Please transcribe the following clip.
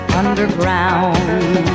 underground